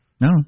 No